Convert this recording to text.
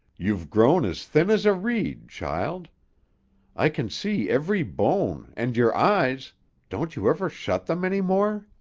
you've grown as thin as a reed, child i can see every bone, and your eyes don't you ever shut them any more?